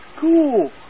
cool